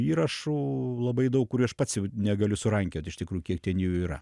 įrašų labai daug kurių aš pats jau negaliu surankiot iš tikrų kiek ten jų yra